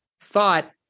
thought